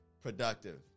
productive